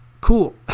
cool